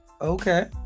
okay